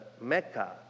Mecca